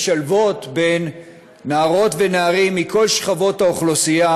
הן משלבות נערות ונערים מכל שכבות האוכלוסייה